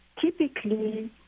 typically